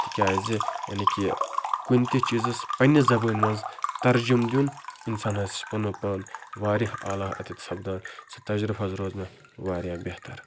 تِکیازِ یعنی کہِ کُنہِ تہِ چیٖزَس پنٛنہِ زَبٲنۍ منٛز ترجمہ دیُن اِنسان حظ چھُ پَنُن پان واریاہ اعلیٰ اتیٚتھ سَپدان سُہ تجرُبہٕ حظ روز مےٚ واریاہ بہتر